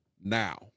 Now